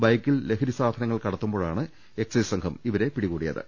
ബൈക്കിൽ ലഹരി വസ്തുക്കൾ കടത്തുമ്പോഴാണ് എക്സ്സൈസ് സംഘം ഇവരെ പിടികൂടിയത്